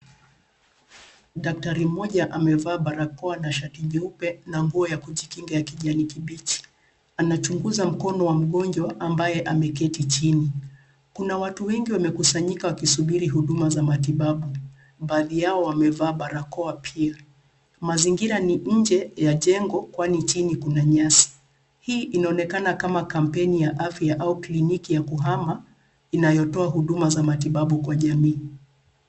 Daktari mmoja amevaa barakoa na shati nyeupe na nguo ya kujikinga kijani kibichi. Anachunguza mkono wa mgonjwa ambaye ameketi chini. Kuna watu wengi wamekusanyika wakisubiri huduma za matibabu baadhi yao wamevaa barakoa pia. Mazingira ni nje ya jengo kwani chini kuna nyasi hii inaonekana kama kampeni ya afya au kliniki ya kuhama inayotoa huduma za matibabu kwa jamii.